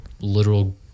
literal